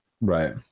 Right